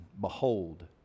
behold